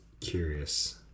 curious